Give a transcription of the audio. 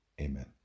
Amen